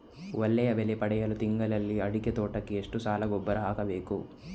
ಒಳ್ಳೆಯ ಬೆಲೆ ಪಡೆಯಲು ತಿಂಗಳಲ್ಲಿ ಅಡಿಕೆ ತೋಟಕ್ಕೆ ಎಷ್ಟು ಸಲ ಗೊಬ್ಬರ ಹಾಕಬೇಕು?